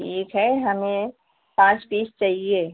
ठीक है हमें पाँच पीस चाहिए